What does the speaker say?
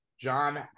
John